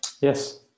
Yes